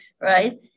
right